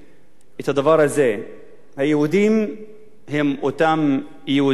היהודים הם אותם יהודים והאטימות שלהם,